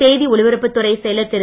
செய்தி ஒலிபரப்பு துறைச் செயலர் திரு